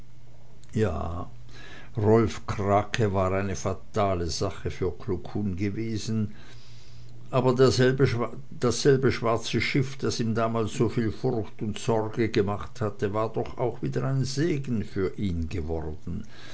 ja rolf krake war eine fatale sache für kluckhuhn gewesen aber dasselbe schwarze schiff das ihm damals soviel furcht und sorge gemacht hatte war doch auch wieder ein segen für ihn geworden